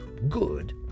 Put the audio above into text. Good